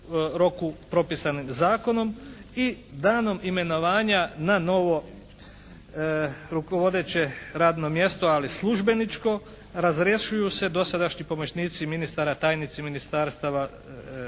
roku propisanim zakonom i danom imenovanja na novo rukovodeće radno mjesto ali službeničko razrješuju se dosadašnji pomoćnici ministara, tajnici ministarstava,